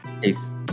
Peace